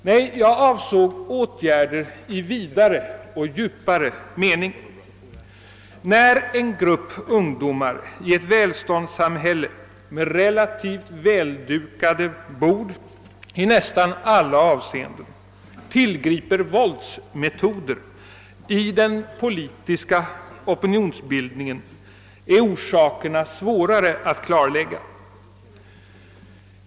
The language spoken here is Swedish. Nej, jag avsåg åtgärder i vidare och djupare mening. När en grupp ungdomar i ett välståndssamhälle med i nästan alla avseenden relativt väl dukade bord tiilgriper våldsmetoder i den politiska opinionsbildningen, är orsakerna svåra att klarlägga.